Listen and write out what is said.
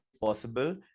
possible